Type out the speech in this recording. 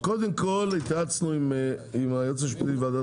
קודם כל התייעצנו עם היועץ המשפטי לוועדת